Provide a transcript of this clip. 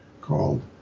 called